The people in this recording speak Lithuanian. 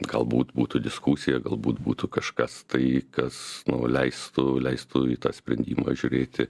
galbūt būtų diskusija galbūt būtų kažkas tai kas leistų leistų į tą sprendimą žiūrėti